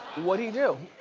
what he do?